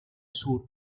sur